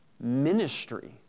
ministry